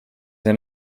see